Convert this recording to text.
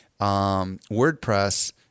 WordPress